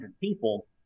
people